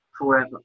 forever